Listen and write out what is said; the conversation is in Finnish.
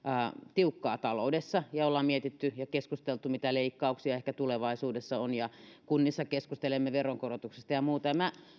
tiukkaa taloudessa olemme miettineet ja keskustelleet mitä leikkauksia ehkä tulevaisuudessa on ja kunnissa keskustelemme veronkorotuksista ja muuta